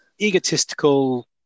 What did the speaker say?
egotistical